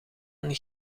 een